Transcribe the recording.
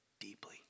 deeply